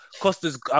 Costa's